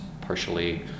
partially